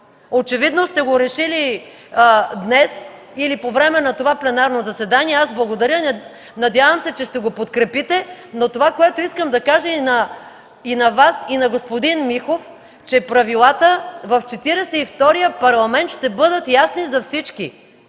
очевидно сте го решили днес или по време на това пленарно заседание. Аз благодаря, надявам се, че ще го подкрепите. Но това, което искам да кажа и на Вас, и на господин Михов, е, че правилата в Четиридесет и втория Парламент ще бъдат ясни за всички.